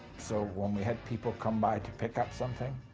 so when we had people come by to pick up something,